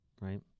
right